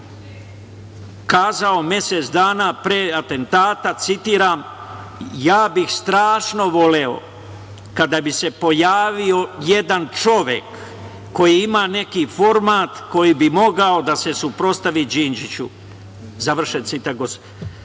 rekao mesec dana pre atentata, citiram: „Ja bih strašno voleo kada bi se pojavio jedan čovek koji ima neki format koji bi mogao da se suprotstavi Đinđiću.“, završen citat. Gospodine